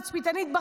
תצפיתנית,